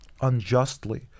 unjustly